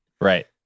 Right